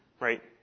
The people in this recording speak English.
right